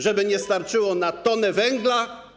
Żeby nie starczyło na tonę węgla?